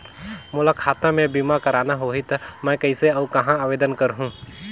मोला खाता मे बीमा करना होहि ता मैं कइसे और कहां आवेदन करहूं?